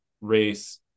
race